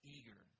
Eager